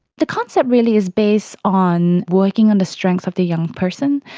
the concept really is based on working on the strengths of the young person,